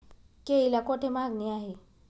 केळीला कोठे मागणी आहे?